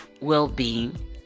well-being